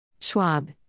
Schwab